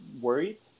worried